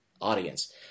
audience